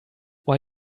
why